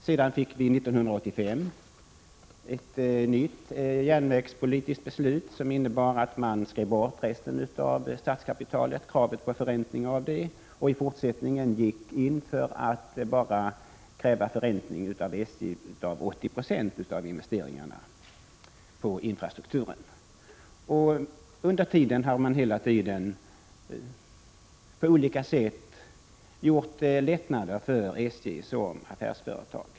Sedan fick vi 1985 ett nytt järnvägspolitiskt beslut som innebar att man skrev bort kravet på förräntning av resten av statskapitalet och gick in för att i fortsättningen av SJ kräva förräntning bara av 80 96 av investeringarna i infrastrukturen. Samtidigt har man hela tiden på olika sätt åstadkommit lättnader för SJ som affärsföretag.